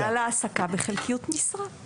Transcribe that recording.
בגלל העסקה בחלקיות משרה.